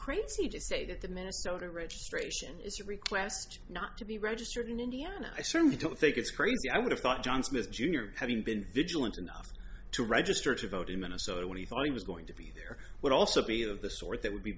crazy to say that the minnesota registration is request not to be registered in indiana i certainly don't think it's crazy i would have thought john smith jr having been vigilant enough to register to vote in minnesota when he thought he was going to be there would also be the sort that would be